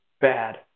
bad